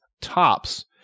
tops